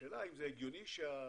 השאלה אם זה הגיוני שהירידה